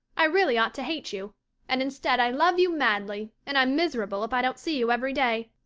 i really ought to hate you and instead i love you madly, and i'm miserable if i don't see you every day.